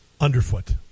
underfoot